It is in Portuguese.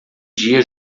dia